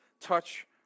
touch